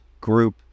group